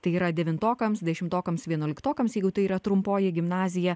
tai yra devintokams dešimtokams vienuoliktokams jeigu tai yra trumpoji gimnazija